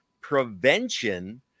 prevention